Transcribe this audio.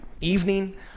Evening